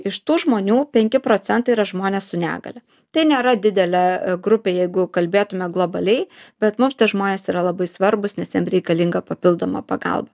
iš tų žmonių penki procentai yra žmonės su negalia tai nėra didelė grupė jeigu kalbėtume globaliai bet mums tie žmonės yra labai svarbūs nes jiem reikalinga papildoma pagalba